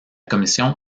commission